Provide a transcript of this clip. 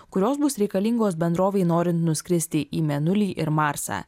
kurios bus reikalingos bendrovei norint nuskristi į mėnulį ir marsą